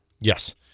Yes